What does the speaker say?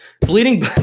bleeding